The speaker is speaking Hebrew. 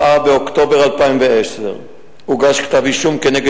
ב-4 באוקטובר 2010 הוגש כתב-אישום כנגד